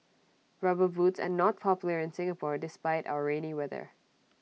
rubber boots are not popular in Singapore despite our rainy weather